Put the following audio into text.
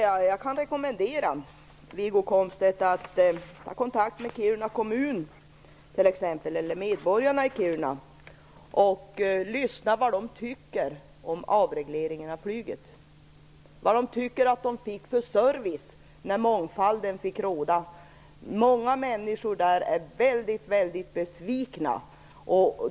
Jag kan rekommendera Wiggo Komstedt att ta kontakt med Kiruna kommun t.ex. eller med medborgarna i Kiruna och lyssna till vad de tycker om avregleringen av flyget, vad de tycker att de fick för service när mångfalden fick råda. Många människor där är mycket besvikna.